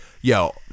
Yo